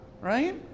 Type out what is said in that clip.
right